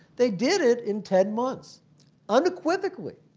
they did it in ten months unequivocally.